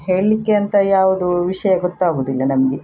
ಹೇಳಲಿಕ್ಕೆ ಅಂತ ಯಾವುದು ವಿಷಯ ಗೊತ್ತಾಗುದಿಲ್ಲ ನಮಗೆ